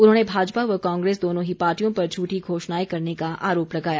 उन्होंने भाजपा व कांग्रेस दोनों ही पार्टियों पर झूठी घोषणाएं करने का आरोप लगाया